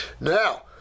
Now